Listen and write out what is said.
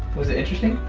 was it interesting?